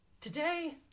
Today